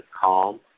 calm